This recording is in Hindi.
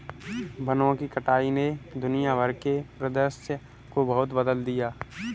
वनों की कटाई ने दुनिया भर के परिदृश्य को बहुत बदल दिया है